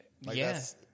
Yes